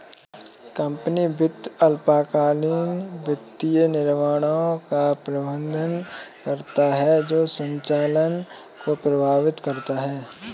company वित्त अल्पकालिक वित्तीय निर्णयों का प्रबंधन करता है जो संचालन को प्रभावित करता है